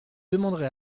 demanderai